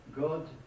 God